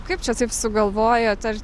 kaip čia taip sugalvojot ar